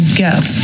guess